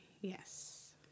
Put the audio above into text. Yes